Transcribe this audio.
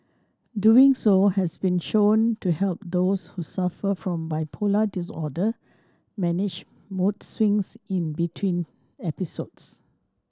doing so has been shown to help those who suffer from bipolar disorder manage mood swings in between episodes